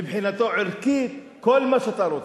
מבחינתו ערכית, כל מה שאתה רוצה.